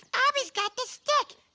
abby's got the stick,